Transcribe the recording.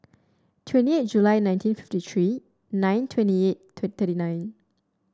twenty eight July nineteen fifty three nine twenty eight twenty nine